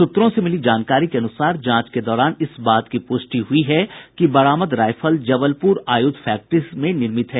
सूत्रों के मिली जानकारी के अनुसार जांच के दौरान इस बात की प्रष्टि हुई है कि बरामद राईफल जबलपुर आयुध फैक्ट्री से निर्मित है